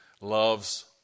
loves